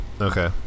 Okay